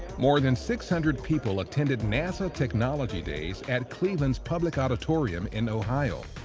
more than six hundred people attended nasa technology days at cleveland's public auditorium in ohio.